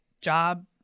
job